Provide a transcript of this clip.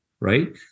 right